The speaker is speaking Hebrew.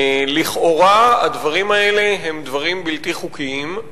לכאורה אלה הם דברים בלתי חוקיים,